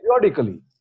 periodically